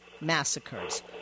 massacres